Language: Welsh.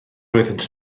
oeddynt